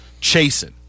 chasing